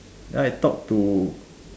then I talk to